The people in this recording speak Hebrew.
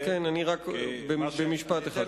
אני מציע שנתחיל לסכם.